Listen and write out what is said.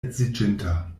edziĝinta